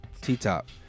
T-Top